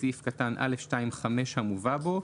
בסעיף קטן (א2)(5) המובא בו,